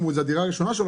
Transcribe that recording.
אם זו הדירה הראשונה שלו,